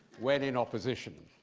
when in opposition.